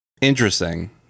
Interesting